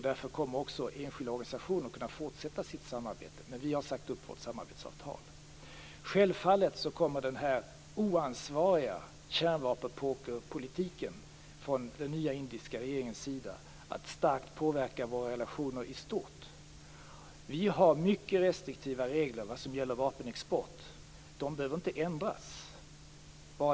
Därför kommer också enskilda organisationer att kunna fortsätta sitt samarbete. Självfallet kommer den här oansvariga kärnvapenpokerpolitiken från den nya indiska regeringens sida att starkt påverka våra relationer i stort. Vi har mycket restriktiva regler vad gäller vapenexport, och de behöver inte ändras.